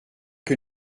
que